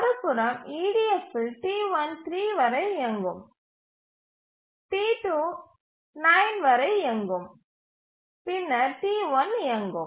மறுபுறம் EDF இல் T1 3 வரை இயங்கும் T2 9 வரை இயங்கும் பின்னர் T1 இயங்கும்